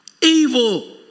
Evil